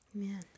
Amen